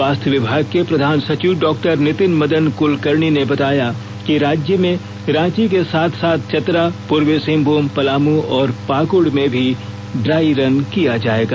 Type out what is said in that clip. स्वास्थ्य विभाग के प्रधान सचिव डॉक्टर नितिन मदन कुलकर्णी ने बताया कि राज्य में रांची के साथ साथ चतरा पूर्वी सिंहभूम पलामू और और पाकुड़ में भी ड्राई रन किया जाएगा